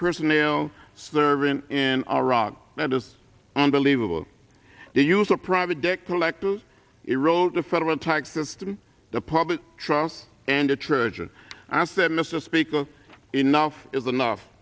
personnel serving in iraq it is unbelievable the use of private dick collect to erode the federal tax system the public trust and the church and i said mr speaker enough is enough